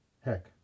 Heck